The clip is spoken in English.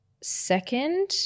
second